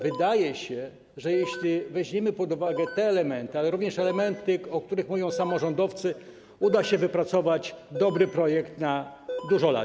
Wydaje się, że jeśli weźmiemy pod uwagę te elementy, ale również elementy, o których mówią samorządowcy, uda się wypracować dobry projekt na dużo lat.